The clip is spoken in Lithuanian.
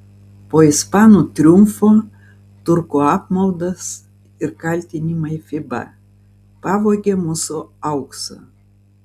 po ispanų triumfo turkų apmaudas ir kaltinimai fiba pavogė mūsų auksą